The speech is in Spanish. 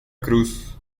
cruz